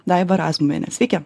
daiva razumienė sveiki